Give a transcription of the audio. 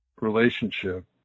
relationship